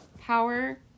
power